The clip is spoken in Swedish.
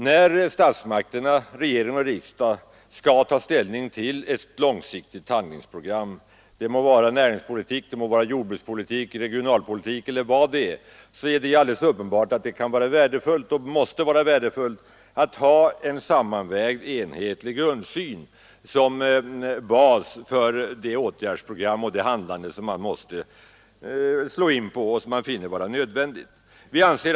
När regering och riksdag skall ta ställning till ett långsiktigt handlingsprogram, det må vara fråga om näringspolitik, jordbrukspolitik, regionalpolitik eller något annat område, är det alldeles klart att det kan och måste vara värdefullt att ha en sammanvägd, enhetlig grundsyn som bas för de åtgärder som man finner vara nödvändiga.